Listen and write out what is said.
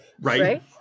Right